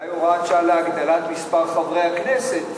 אולי הוראת שעה להגדלת מספר חברי הכנסת.